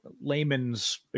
layman's